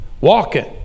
walking